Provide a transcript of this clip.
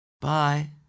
Bye